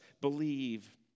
believe